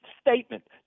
statement